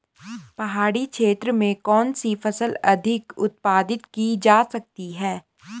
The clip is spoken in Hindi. पहाड़ी क्षेत्र में कौन सी फसल अधिक उत्पादित की जा सकती है?